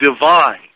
divine